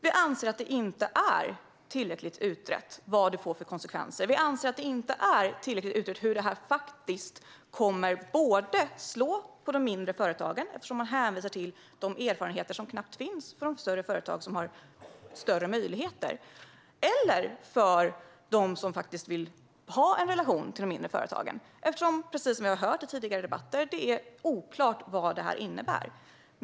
Vi anser att det inte är tillräckligt utrett vad detta får för konsekvenser och hur det faktiskt kommer att slå både mot de mindre företagen, eftersom man hänvisar till de erfarenheter som knappt finns för de större företag som har större möjligheter, och mot dem som vill ha en relation till de mindre företagen. Precis som vi har hört i tidigare debatter är det oklart vad detta innebär.